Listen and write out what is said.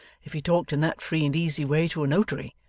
if he talked in that free and easy way to a notary.